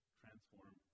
transform